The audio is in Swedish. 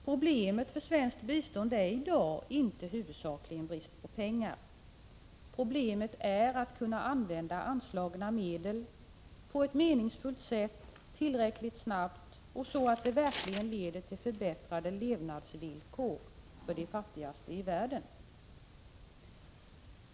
Problemet för svenskt bistånd är i dag inte huvudsakligen brist på pengar. Problemet är att kunna använda anslagna medel på ett meningsfullt sätt, tillräckligt snabbt och så att medlen verkligen leder till förbättrade levnadsvillkor för de fattigaste i världen.